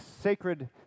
sacred